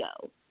go